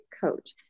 coach